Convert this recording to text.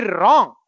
wrong